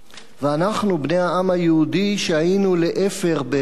ואנחנו, בני העם היהודי שהיינו לאפר באירופה